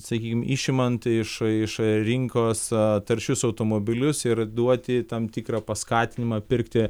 sakykim išimant iš iš rinkos taršius automobilius ir duoti tam tikrą paskatinimą pirkti